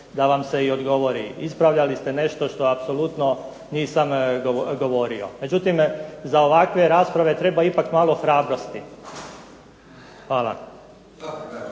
Hvala.